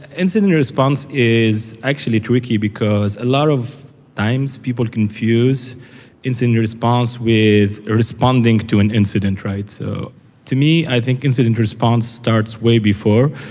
incident response is actually tricky, because a lot of times people to confuse incident response with responding to an incident. so to me, i think incident response starts way before.